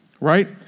right